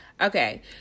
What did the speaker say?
Okay